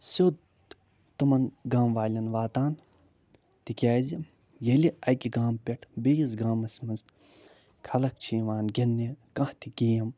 سیوٚد تِمَن گامہٕ والٮ۪ن واتان تِکیٛازِ ییٚلہِ اَکہِ گامہٕ پٮ۪ٹھ بیٚیِس گامَس منٛز خلق چھِ یِوان گِنٛدنہِ کانٛہہ تہِ گیم